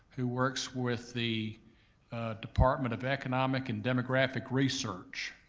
who works with the department of economic and demographic research.